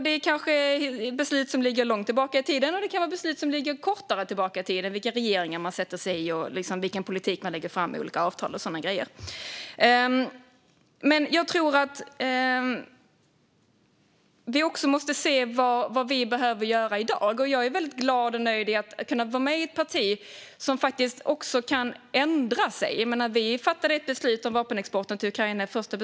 Det är kanske beslut som ligger långt tillbaka i tiden eller beslut som ligger kortare tillbaka i tiden om vilka regeringar man sätter sig i och vilken politik man lägger fram i olika avtal och sådana grejer. Men vi måste också se på vad vi behöver göra i dag. Jag är väldigt glad och nöjd över att vara med i ett parti som faktiskt kan ändra sig. Vi fattade ett första beslut om vapenexporten till Ukraina.